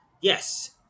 Yes